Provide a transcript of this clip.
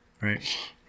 right